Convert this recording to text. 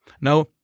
Now